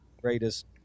greatest